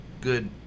good